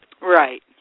Right